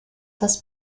das